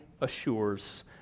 assures